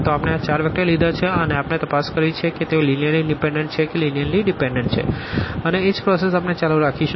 તો આપણે આ ચાર વેક્ટર લીધા છે અને આપણે તપાસ કરવી છે કે તેઓ લીનીઅર્લી ઇનડીપેનડન્ટ છે કે લીનીઅર્લી ડીપેનડન્ટ છે અને એજ પ્રોસેસ આપણે ચાલુ રાખીશું